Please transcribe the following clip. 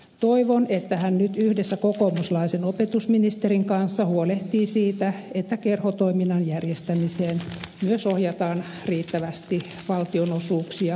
toivon että hän nyt yhdessä kokoomuslaisen opetusministerin kanssa huolehtii siitä että kerhotoiminnan järjestämiseen myös ohjataan riittävästi valtionosuuksia